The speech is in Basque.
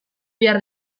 behar